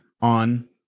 on